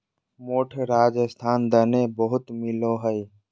मोठ राजस्थान दने बहुत मिलो हय